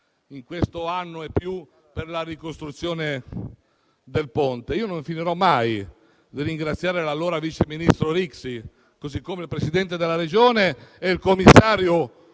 in questo anno e più, per la ricostruzione del ponte. Io non finirò mai di ringraziare l'allora vice ministro Rixi, così come il Presidente della Regione e il commissario